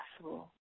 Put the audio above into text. possible